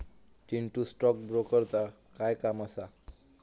Chintu, stock ब्रोकरचा काय काम असा?